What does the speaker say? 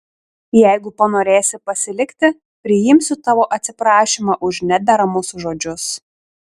jeigu panorėsi pasilikti priimsiu tavo atsiprašymą už nederamus žodžius